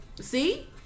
See